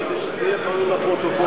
כדי שזה יהיה כלול בפרוטוקול,